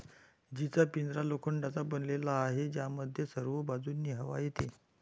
जीचा पिंजरा लोखंडाचा बनलेला आहे, ज्यामध्ये सर्व बाजूंनी हवा येते